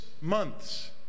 months